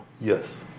Yes